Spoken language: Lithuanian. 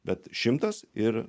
bet šimtas ir